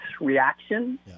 reaction